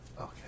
Okay